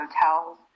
hotels